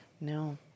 No